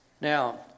Now